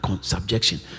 subjection